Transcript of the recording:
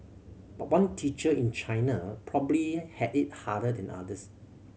but one teacher in China probably had it harder than others